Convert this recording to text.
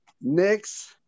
next